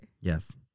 Yes